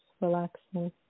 relaxing